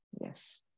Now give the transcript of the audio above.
Yes